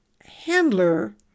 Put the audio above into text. handler